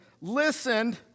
listened